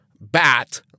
Bat